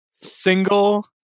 single